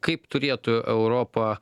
kaip turėtų europa